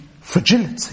fragility